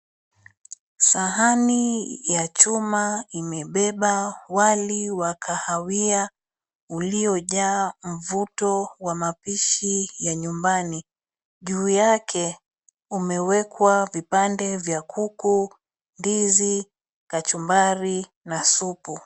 Sahani ya chuma imebeba wali wa kahawia uliojaa mvuto wa mapishi ya nyumbani. Juu yake umewekwa vipande vya kuku, ndizi, kachumbari na supu.